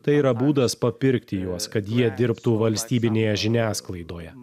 tai yra būdas papirkti juos kad jie dirbtų valstybinėje žiniasklaidoje